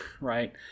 right